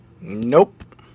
Nope